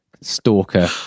stalker